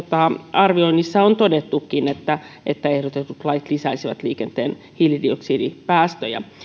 arvioinnissa on todettukin että että ehdotetut lait lisäisivät liikenteen hiilidioksidipäästöjä